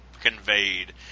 conveyed –